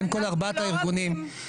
בין כל ארבעת הארגונים --- אנחנו לא רבים.